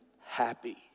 happy